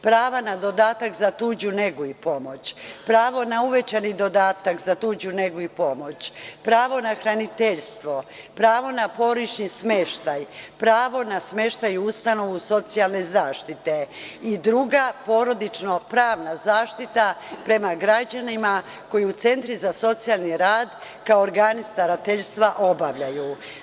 Prava na dodatak na tuđu negu i pomoć, pravo na uvećani dodatak za tuđu negu i pomoć, pravo na hraniteljstvo, pravo na smeštaj, pravo na smeštaj u ustanovu socijalne zaštite i druga porodično-pravna zaštita prema građanima koji u Centru za socijalni rad kao organi starateljstva obavljaju.